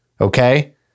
Okay